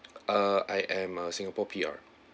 ah I am a singapore P_R